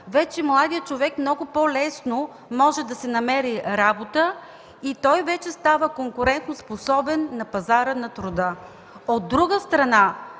вече младият човек много по-лесно може да си намери работа. Той вече става конкурентоспособен на пазара на труда. От друга страна,